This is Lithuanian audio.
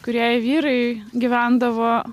kūrėjai vyrai gyvendavo